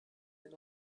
den